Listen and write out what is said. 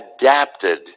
adapted